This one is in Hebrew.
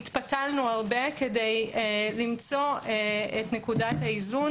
והתפתלנו הרבה כדי למצוא את נקודת האיזון